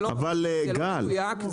זה לא מדויק,